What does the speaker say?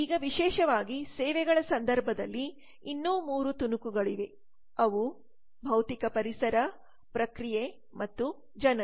ಈಗ ವಿಶೇಷವಾಗಿ ಸೇವೆಗಳ ಸಂದರ್ಭದಲ್ಲಿ ಇನ್ನೂ 3 ತುಣುಕುಗಳಿವೆ ಅವು ಭೌತಿಕ ಪರಿಸರ ಪ್ರಕ್ರಿಯೆ ಮತ್ತು ಜನರು